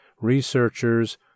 researchers